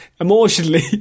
Emotionally